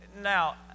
Now